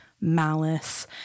malice